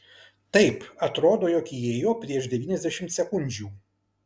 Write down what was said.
taip atrodo jog įėjo prieš devyniasdešimt sekundžių